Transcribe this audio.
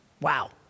Wow